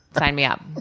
sign me up.